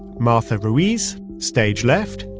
martha ruiz, stage left,